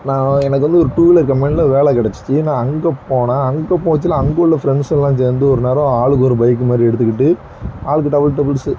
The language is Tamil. நான் எனக்கு வந்து ஒரு டூ வீலர் கம்பனியில ஒரு வேலை கிடச்சிச்சி நான் அங்கே போனேன் அங்கே போச்சில்ல அங்கவுள்ள ஃப்ரெண்ஸெல்லாம் சேர்ந்து ஒரு நேரம் ஆளுக்கு ஒரு பைக்கு மாதிரி எடுத்துட்டு ஆளுக்கு டபுள் டபுள்ஸு